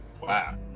Wow